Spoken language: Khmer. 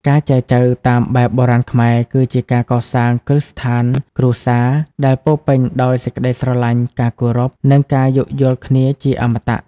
ការចែចូវតាមបែបបុរាណខ្មែរ គឺជាការកសាង "គ្រឹះស្ថានគ្រួសារ" ដែលពោរពេញដោយសេចក្ដីស្រឡាញ់ ការគោរព និងការយោគយល់គ្នាជាអមតៈ។